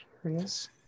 curious